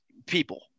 people